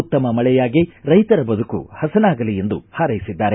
ಉತ್ತಮ ಮಳೆಯಾಗಿ ರೈತರ ಬದುಕು ಹಸನಾಗಲಿ ಎಂದು ಹಾರೈಸಿದ್ದಾರೆ